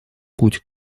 путь